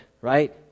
right